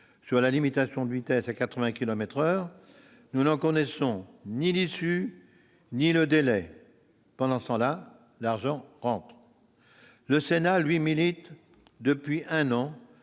à la limitation de vitesse à 80 kilomètres par heure, nous n'en connaissons ni l'issue ni le délai. Pendant ce temps, l'argent rentre ! Le Sénat, lui, milite depuis un an